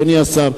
אדוני השר,